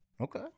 okay